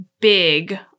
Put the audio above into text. big